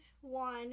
one